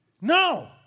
No